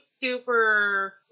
super